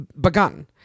begun